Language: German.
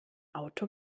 auto